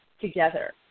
together